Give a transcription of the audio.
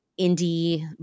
indie